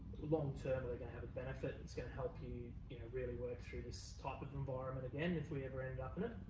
long-term they're gonna have a benefit and it's gonna help you really work through this type of environment again, if we ever end up in it.